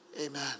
Amen